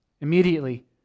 Immediately